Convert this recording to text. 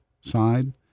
side